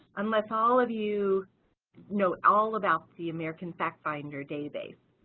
unless all of you know all about the american factfinder database.